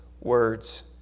words